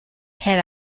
had